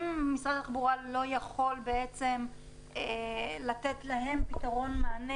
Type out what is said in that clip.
אם משרד התחבורה לא יכול לתת להם פתרון ומענה